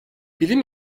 bilim